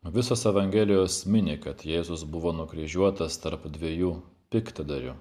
visos evangelijos mini kad jėzus buvo nukryžiuotas tarp dviejų piktadarių